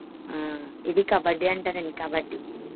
ఇది కబడ్డీ అంటారు అండి కబడ్డీ